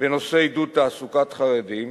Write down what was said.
בנושא עידוד תעסוקת חרדים,